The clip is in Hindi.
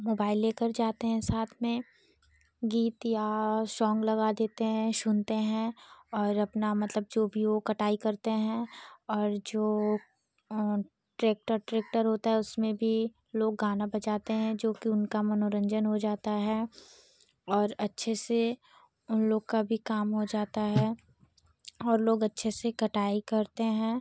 मोबाइल लेकर जाते हैं साथ में गीत या सॉन्ग लगा देते हैं सुनते हैं और अपना मतलब अपना जो भी हो वह कटाई करते हैं और जो ट्रैक्टर ट्रैक्टर होता है उसमें भी लोग गाना बजाते हैं जो कि उनका मनोरंजन हो जाता है और अच्छे से उनलोग का भी काम हो जाता है और लोग अच्छे से कटाई करते हैं